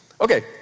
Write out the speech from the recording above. okay